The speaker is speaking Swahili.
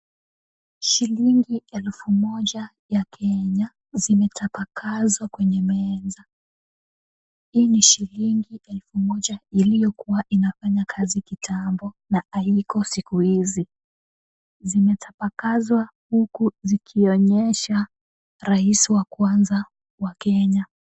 Shilingi elfu moja ya Kenya zimetapakazwa kwenye meza. Hii ni shilingi elfu moja iliyokuwa inafanya kazi kitambo na haiko siku hizi. Zimetapakazwa huku zikionyesha rais wa kwanza wa Kenya.